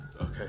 Okay